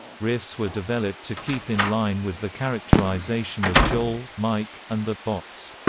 riffs were developed to keep in line with the characterization of joel, mike, and the bots.